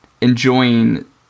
enjoying